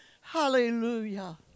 hallelujah